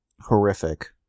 horrific